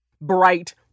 bright